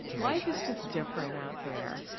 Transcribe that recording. life is just different out there,